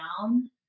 down